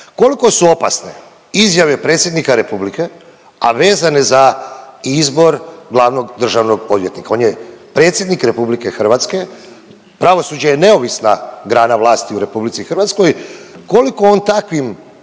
Koliko su opasne izjave predsjednika Republike, a vezane za izbor glavnog državnog odvjetnika. On je predsjednik RH, pravosuđe je neovisna grana vlasti u RH, koliko on takvim